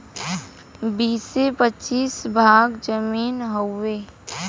बीसे पचीस भाग जमीन हउवे